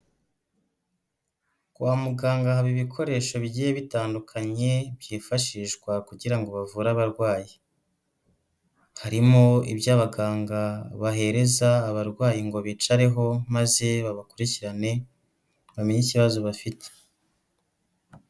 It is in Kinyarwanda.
Kwa muganga haba ibikoresho bigiye bitandukanye, byifashishwa kugira bavure abarwayi, harimo ibyo abaganga bahereza abarwayi ngo bicareho maze babakurikirane, bamenye ikibazo bafite.